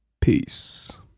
Peace